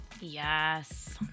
Yes